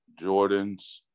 Jordans